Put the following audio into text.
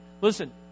Listen